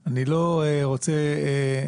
אני רוצה לדבר עכשיו.